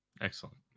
Excellent